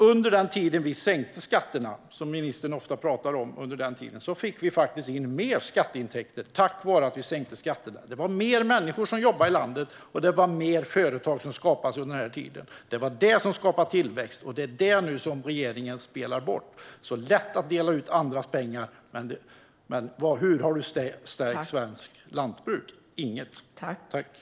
Under den tiden vi sänkte skatterna, som ministern ofta pratar om, fick vi faktiskt in mer skatteintäkter just tack vare att vi sänkte skatterna. Det var fler människor som jobbade i landet, och det var fler företag som skapades under den här tiden. Det var det som skapade tillväxt, och det är det som regeringen nu spelar bort. Det är lätt att dela ut andras pengar, men hur har det stärkt svenskt lantbruk? Inte alls!